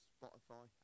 Spotify